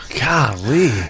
Golly